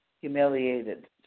humiliated